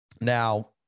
now